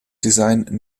design